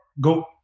go